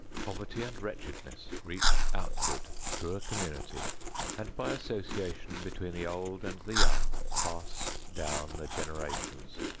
poverty and wretchedness reach outward through a community and by association between the old and the young pass down the generations.